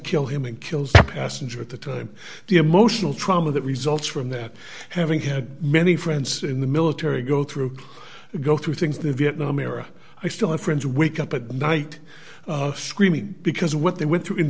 kill him and kills a passenger at the time the emotional trauma that results from that having had many friends in the military go through go through things the vietnam era i still have friends wake up at night screaming because what they went through in